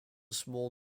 small